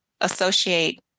associate